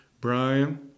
Brian